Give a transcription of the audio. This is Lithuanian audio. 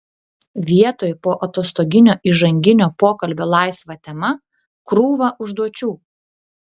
vietoj poatostoginio įžanginio pokalbio laisva tema krūva užduočių